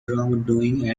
wrongdoing